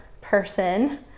person